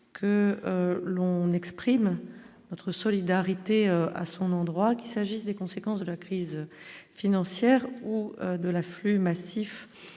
que l'on exprime notre solidarité à son endroit, qu'il s'agisse des conséquences de la crise financière ou de l'afflux massif